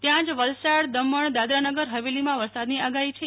ત્યાંજ વલસાદદમણદાદરાનગર ફવેલીમાં વરસાદની આગાહી છે